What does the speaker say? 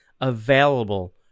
available